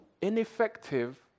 Ineffective